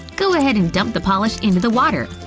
go ahead and dump the polish into the water.